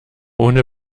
ohne